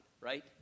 right